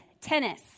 Tennis